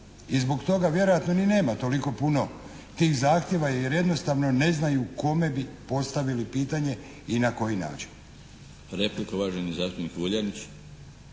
I zbog toga vjerojatno ni nema toliko puno tih zahtjeva jer jednostavno ne znaju kome bi postavili pitanje i na koji način? **Milinović, Darko